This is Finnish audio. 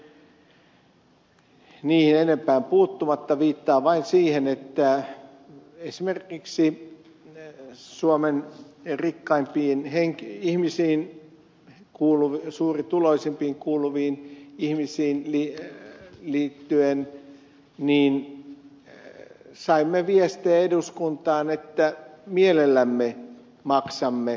niihin enempää puuttumatta viittaan vain siihen että esimerkiksi suomen rikkaimpiin suurituloisimpiin kuuluviin ihmisiin liittyen saimme viestejä eduskuntaan että mielellämme maksamme varallisuusveroja